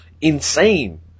insane